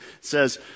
says